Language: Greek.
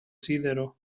σίδερο